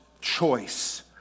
choice